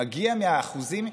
מגיע מהאחוזים,